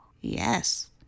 yes